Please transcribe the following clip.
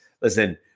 Listen